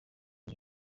iyi